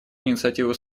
инициативу